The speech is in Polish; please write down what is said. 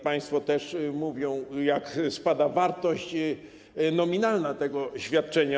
Państwo też mówią, jak spada wartość nominalna tego świadczenia.